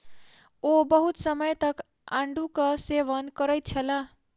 ओ बहुत समय तक आड़ूक सेवन करैत छलाह